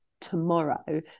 tomorrow